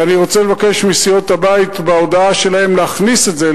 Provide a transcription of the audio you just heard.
ואני רוצה לבקש מסיעות הבית בהודעה שלהן להכניס את זה,